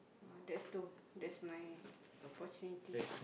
uh that's two that's my opportunity